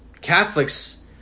Catholics